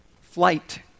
flight